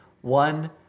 one